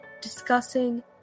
discussing